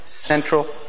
central